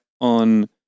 on